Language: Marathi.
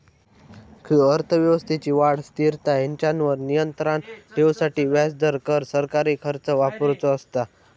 अर्थव्यवस्थेची वाढ, स्थिरता हेंच्यावर नियंत्राण ठेवूसाठी व्याजदर, कर, सरकारी खर्च वापरुचो असता